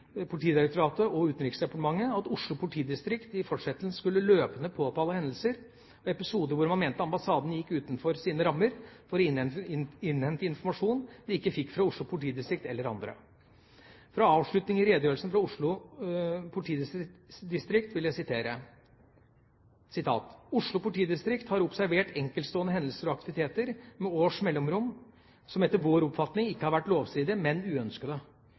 Politidirektoratet og Utenriksdepartementet om at Oslo politidistrikt i fortsettelsen løpende skulle påtale hendelser og episoder hvor man mente ambassaden gikk utenfor sine rammer for å innhente informasjon de ikke fikk fra Oslo politidistrikt eller andre. Fra avslutningen i redegjørelsen fra Oslo politidistrikt vil jeg sitere: «Oslo politidistrikt har observert enkeltstående hendelser og aktiviteter, med års mellomrom, som etter vår oppfatning ikke har vært lovstridige, men uønskede.